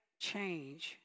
change